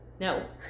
no